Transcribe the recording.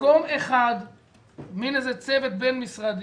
נזמין צוות בין-משרדי,